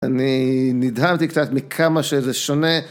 אני נדהמתי קצת מכמה שזה שונה.